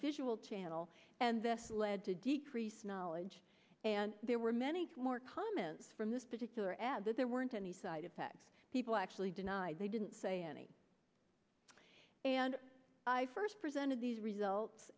visual channel and this led to decrease knowledge and there were many more comments from this particular ad that there weren't any side effects people actually denied they do say any and i first presented these results